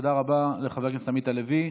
תודה רבה לחבר הכנסת עמית הלוי.